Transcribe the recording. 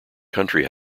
country